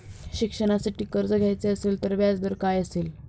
शिक्षणासाठी कर्ज घ्यायचे असेल तर व्याजदर काय असेल?